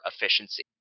efficiency